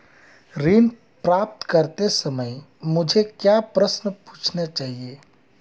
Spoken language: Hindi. ऋण प्राप्त करते समय मुझे क्या प्रश्न पूछने चाहिए?